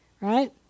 right